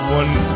one